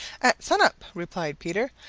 at sun-up, replied peter.